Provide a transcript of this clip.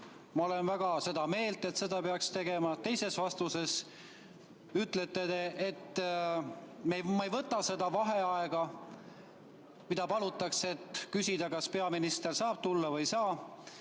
te olete väga seda meelt, et seda peaks tegema. Teises vastuses ütlete te, et te ei võta seda vaheaega, mida palutakse, et küsida, kas peaminister saab tulla või ei saa.